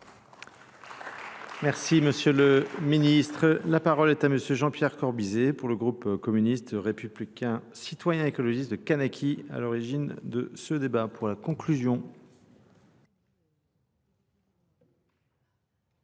Merci monsieur le ministre. La parole est à monsieur Jean-Pierre Corbizet pour le groupe communiste républicain citoyen écologiste de Kanaki à l'origine de ce débat. Pour la conclusion.